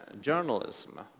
journalism